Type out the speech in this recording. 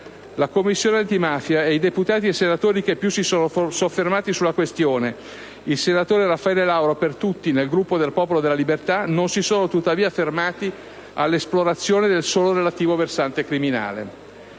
La Commissione antimafia e i deputati e i senatori che più si sono soffermati sulla questione - il senatore Raffaele Lauro, per tutti, nel Gruppo del Popolo della Libertà - non si sono tuttavia fermati all'esplorazione del solo relativo versante criminale.